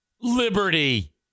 Liberty